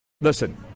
listen